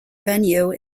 venue